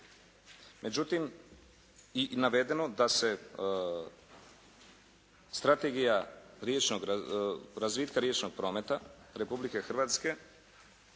Međutim i navedeno da se strategija razvitka riječnog prometa Republike Hrvatske